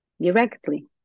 directly